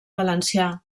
valencià